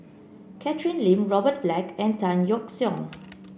Catherine Lim Robert Black and Tan Yeok Seong